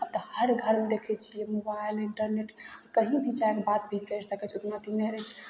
आब तऽ हर घरमे देखै छियै मोबाइल इंटरनेट कहीँ भी जायके बात भी करि सकै छियै ओतना अथी नहि रहै छै